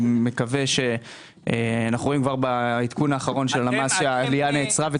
אנחנו רואים כבר בעדכון האחרון של הלמ"ס שהעלייה נעצרה.